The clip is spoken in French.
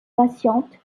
patiente